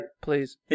Please